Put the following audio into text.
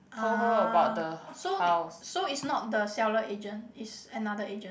ah so so is not the seller agent is another agent